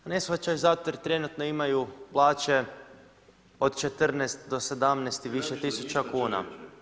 Ne shvaćaju zato jer trenutno imaju plaće od 14 do 17 i više tisuća kuna.